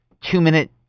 two-minute